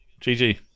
GG